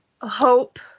hope